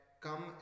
come